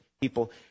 people